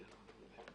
נכון.